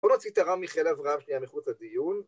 ‫בוא נוציא את הרב מיכאל אברהם ‫שניה מחוץ לדיון.